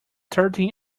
thirteen